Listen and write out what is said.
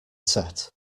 set